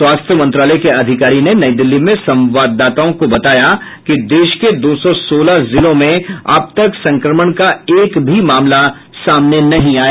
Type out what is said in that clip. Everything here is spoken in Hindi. स्वास्थ्य मंत्रालय के अधिकारी ने नई दिल्ली में संवाददाताओं को बताया कि देश के दो सौ सोलह जिलों में अब तक संक्रमण का एक भी मामला सामने नहीं आया